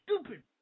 stupid